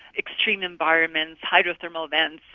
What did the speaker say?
extreme environments, hydrothermal vents,